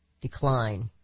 decline